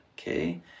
Okay